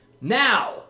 Now